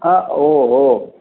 ओ ओ